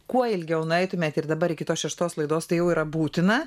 kuo ilgiau nueitumėt ir dabar kitos šeštos laidos tai jau yra būtina